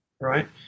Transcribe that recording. Right